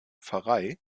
pfarrei